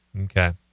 Okay